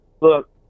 look